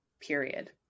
Period